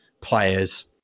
players